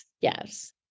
yes